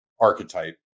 archetype